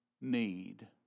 need